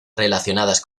relacionadas